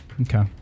Okay